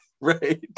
Right